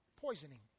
poisoning